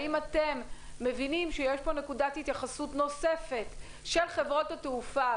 האם אתם מבינים שיש פה נקודת התייחסות נוספת של חברות התעופה,